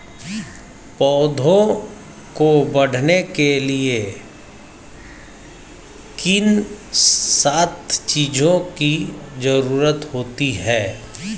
पौधों को बढ़ने के लिए किन सात चीजों की जरूरत होती है?